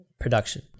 production